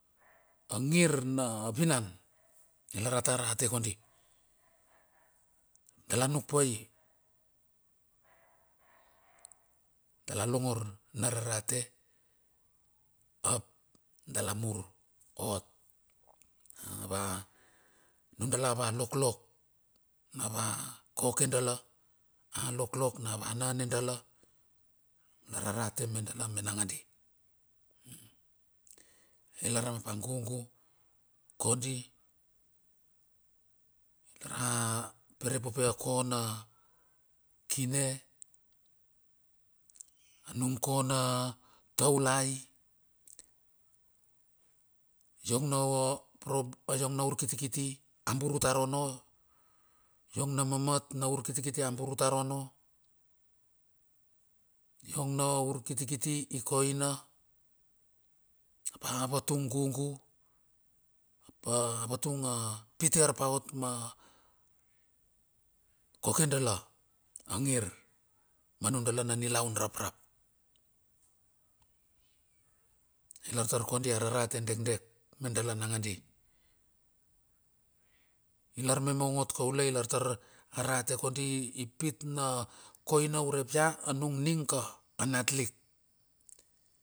Angir na vinan, ilar a tar rate kondi. Dala nuk pai. Dale longor na rarate, ap dala mur ot, ava, nundala va loklol. Na ava koke dala, a loklok nava na dala. Tara rate me dala me nangadi, ilar ap ma gugu kondi lar a perepope a kono kine. Anung kona taulai iong na prob iong na urkiti a burutarono, iong namamiat na urkitikiti a burutaono, iong na urkitikiti ikoina. Apa vatung gugu apa vatung a pite ar pa ot ma kokedalo angir manudalana nilaun raprap. Ilar tar kondi ararate dekdek me dala nangadi. I lar me mong ot kaule i lar tar a rate kondi. I pit na koina urep ia ning ka a natlik.